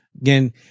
Again